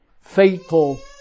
faithful